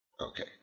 Okay